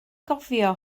gofio